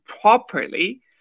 properly